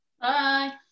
Bye